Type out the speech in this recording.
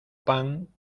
pan